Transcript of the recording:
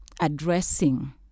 addressing